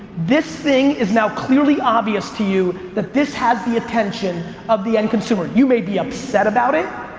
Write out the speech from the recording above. this thing is now clearly obvious to you that this has the attention of the end consumer. you may be upset about it.